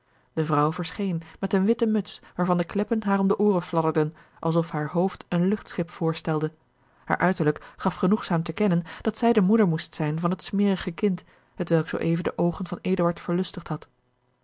de vrouw verscheen met eene witte muts waarvan de kleppen haar om de ooren fladderden alsof haar hoofd een luchtschip voorstelde haar uiterlijk gaf genoegzaam te kennen dat zij de moeder moest zijn van het smerige kind hetwelk zoo even de oogen van eduard verlustigd had